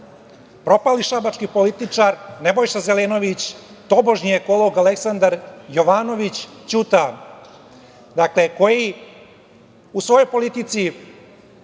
propali šabački političar, Nebojša Zelenović, tobožnji ekolog Aleksandar Jovanović Ćuta, dakle, koji u svojoj politici